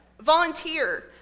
Volunteer